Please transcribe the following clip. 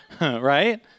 right